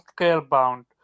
Scalebound